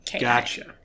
Gotcha